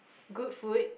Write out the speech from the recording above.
good food